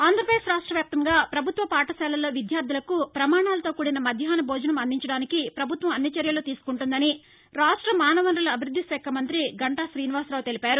ఆంధ్రాపదేశ్ రాష్టవ్యాప్తంగా పభుత్వ పాఠశాలల్లో విద్యార్ణులకు పమాణాలతో కూడిన మధ్యాహ్న భోజనం అందించడానికి పభుత్వం అన్ని చర్యలూ తీసుకుంటోందని రాష్ట మానవ వనరుల అభివృద్ది శాఖ మంతి గంటా శ్రీనివాసరావు తెలిపారు